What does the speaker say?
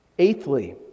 Eighthly